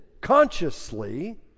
consciously